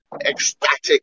ecstatic